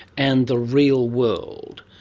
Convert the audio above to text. and the real world,